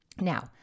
Now